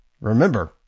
remember